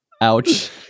Ouch